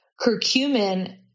curcumin